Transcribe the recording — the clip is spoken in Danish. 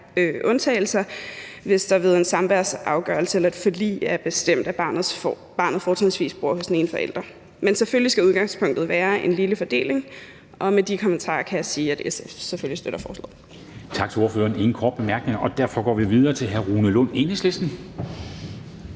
undtagelser, hvis der ved en samværsafgørelse eller et forlig er bestemt, at barnet fortrinsvis bor hos den ene forælder. Men selvfølgelig skal udgangspunktet være en lille fordeling, og med de kommentarer kan jeg sige, at SF selvfølgelig støtter forslaget. Kl. 10:38 Formanden (Henrik Dam Kristensen): Tak til ordføreren. Der er ingen korte bemærkninger, og derfor går vi videre til hr. Rune Lund, Enhedslisten.